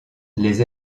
les